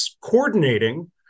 coordinating